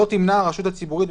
לא תמנע הרשות הציבורית,